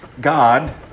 god